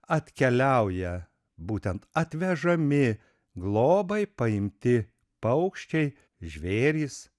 atkeliauja būtent atvežami globai paimti paukščiai žvėrys